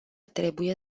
trebuie